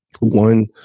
one